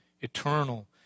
eternal